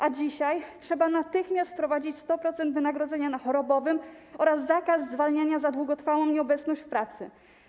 A dzisiaj trzeba natychmiast wprowadzić 100% wynagrodzenia na chorobowym oraz zakaz zwalniania za długotrwałą nieobecność w pracy.